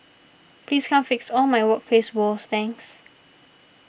please come fix all my workplace woes thanks